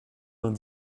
vingt